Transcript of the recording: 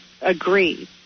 agree